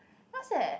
what's that